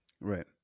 Right